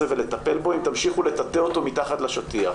ולטפל בו אם תמשיכו לטאטא אותו מתחת לשטיח.